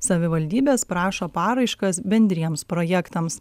savivaldybės prašo paraiškas bendriems projektams